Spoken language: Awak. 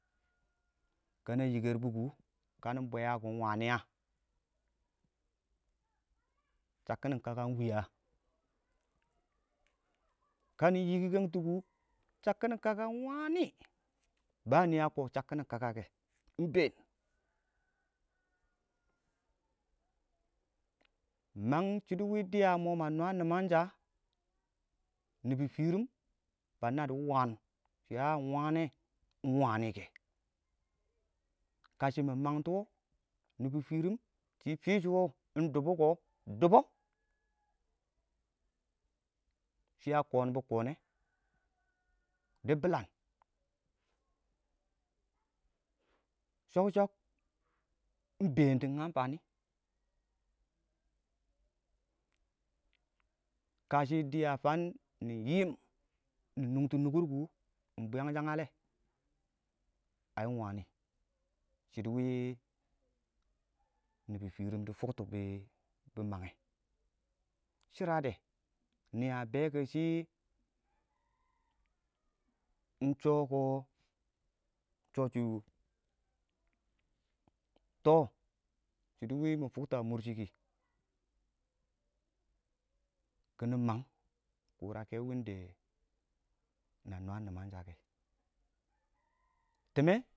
kana yikərbur kanɪ bwaya kɪɪn ingwani a? shakkin kaka ingwi a? kanɪ yiki kangtʊ shakkin kaka ingwani nɪ a kɪɪn shakkin kakakɛ iɪng bɛɛn mang shɪdo wɪɪn dɪya mʊ ma nwa nimangsha nibɔ firim ba nabbʊ dɪ waan shɪ a a ingwane ingwanike kashɪ mɪ mangtɔ nibɔturim shɪ fishɔwɔ ingdibɔkɔ dibs shɪ a kɔnbɔ kɔnɛ dɪ bilan shok-shok ingbɛɛn dɪ kashɪ fang nɪ yiim nɪ nungtu nukurku ingbwi yang shang lɛ? ai ingwani shɪidɛ wɪɪn nibɔ firim dɪ fʊkto bɪ mangngɛ shirade nɪ a bɛɛ kɔ shɪ ingshɔkɔ ingshɔshi tɔ shɪdo wɪɪn mɪ fʊkts a mʊrshi kɪ kiɪnɪ mang kurakɛ wɪɪn na nwa nimangshakɛ iimmɛ.